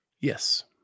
Yes